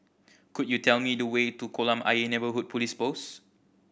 could you tell me the way to Kolam Ayer Neighbourhood Police Post